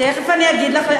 תכף אני אגיד לך.